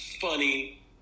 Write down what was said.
funny